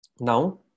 Now